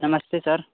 नमस्ते सर